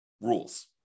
rules